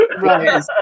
Right